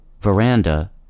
veranda